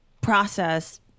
process